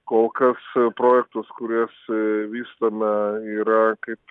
kol kas projektus kuriuos vystome yra kaip